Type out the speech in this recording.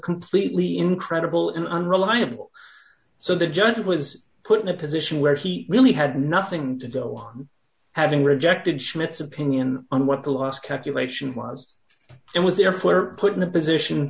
completely incredible and unreliable so the judge was put in a position where he really had nothing to go having rejected schmidt's opinion on what the last calculation was and was therefore put in a position